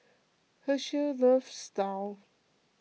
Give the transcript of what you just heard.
Hershell loves Daal